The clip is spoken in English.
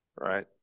right